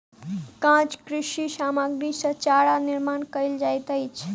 काँच कृषि सामग्री सॅ चारा निर्माण कयल जाइत अछि